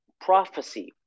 Prophecy